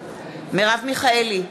מרב מיכאלי,